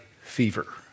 fever